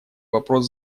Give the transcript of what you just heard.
вопрос